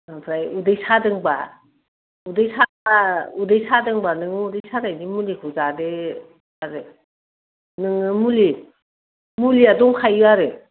ओमफ्राय उदै सादोंबा उदै सायोबा नों उदै सानायनि मुलिखौ जादो नोङो मुलिया दंखायो आरो